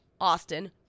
Austin